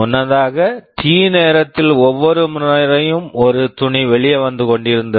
முன்னதாக T T நேரத்தில் ஒவ்வொரு முறையும் ஒரு துணி வெளியே வந்து கொண்டிருந்தது